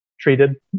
treated